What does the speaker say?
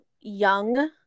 young